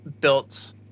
built